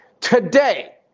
today